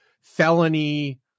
felony